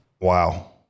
Wow